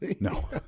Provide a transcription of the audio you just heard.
No